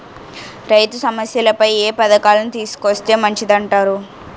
రైతు సమస్యలపై ఏ పథకాలను తీసుకొస్తే మంచిదంటారు?